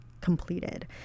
completed